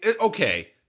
Okay